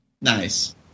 Nice